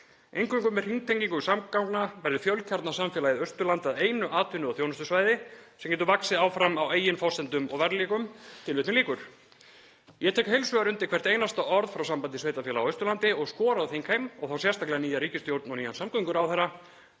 Eingöngu með hringtengingu samgangna verður fjölkjarnasamfélagið Austurland að einu atvinnu- og þjónustusvæði sem getur vaxið áfram á eigin forsendum og verðleikum.“ Ég tek heils hugar undir hvert einasta orð frá Sambandi sveitarfélaga á Austurlandi og skora á þingheim, og þá sérstaklega nýja ríkisstjórn og nýjan samgönguráðherra,